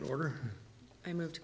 in order to